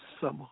summer